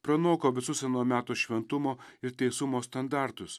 pranoko visus ano meto šventumo ir teisumo standartus